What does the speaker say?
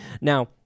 Now